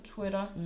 Twitter